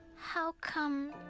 how come.